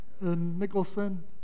nicholson